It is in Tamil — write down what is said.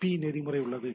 பி நெறிமுறை உள்ளது